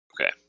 Okay